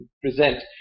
present